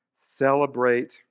Celebrate